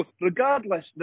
regardless